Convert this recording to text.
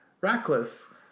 Ratcliffe